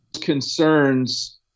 concerns